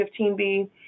15B